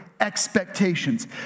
expectations